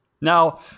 Now